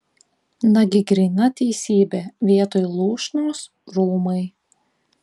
nagi gryna teisybė vietoj lūšnos rūmai